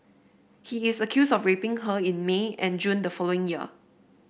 he is accused of raping her in May and June the following year